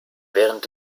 während